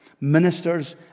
ministers